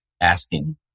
asking